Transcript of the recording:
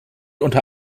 unter